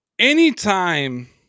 Anytime